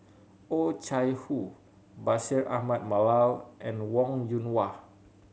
Oh Chai Hoo Bashir Ahmad Mallal and Wong Yoon Wah